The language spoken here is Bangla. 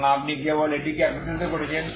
এবং আপনি কেবল এটিকে একত্রিত করেছেন